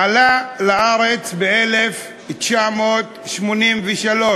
עומדות לרשותך שלוש